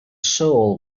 soul